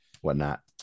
Whatnot